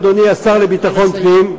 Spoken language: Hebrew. אדוני השר לביטחון פנים,